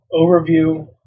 overview